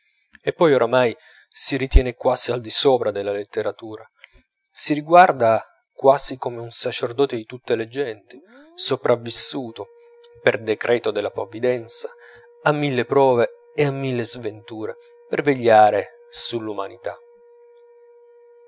e poi oramai si ritiene quasi al di sopra della letteratura si riguarda quasi come un sacerdote di tutte le genti sopravvissuto per decreto della provvidenza a mille prove e a mille sventure per vegliare sull'umanità